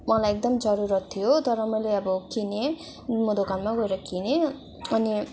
मलाई एकदम जरूरत थियो तर मैले अब किनेँ दोकानमा गएर किनेँ अनि